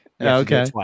Okay